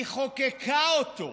היא חוקקה אותו,